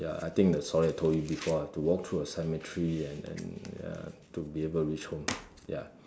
ya I think the story I told you before I had to walk through a cemetery and and ya to be able to reach home ya